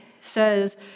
says